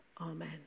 Amen